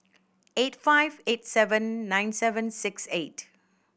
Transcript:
eight five eight seven nine seven six eight